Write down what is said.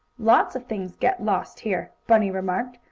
lots of things get lost here, bunny remarked.